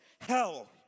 hell